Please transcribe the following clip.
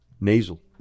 nasal